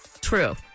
True